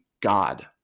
God